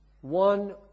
One